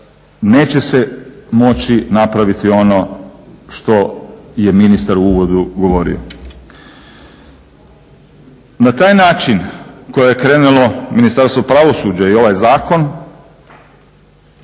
Neće se moći napraviti ono što je ministar u uvodu govorio. Na taj način, kojim je krenulo Ministarstvo pravosuđa i ovaj zakon,